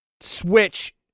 Switch